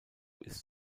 ist